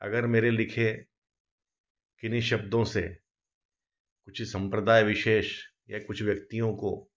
अगर मेरे लिखे किन्हीं शब्दों से किसी संप्रदाय विशेष या कुछ व्यक्तियों को